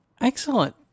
Excellent